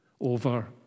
over